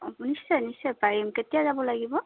নিশ্চয় নিশ্চয় পাৰিম কেতিয়া যাব লাগিব